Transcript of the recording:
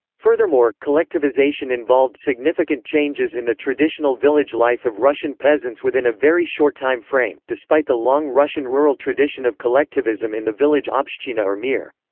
furthermore, collectivization involved significant changes in the traditional village life of russian peasants within a very short time frame, despite the long russian rural tradition of collectivism in the village obshchina or mir.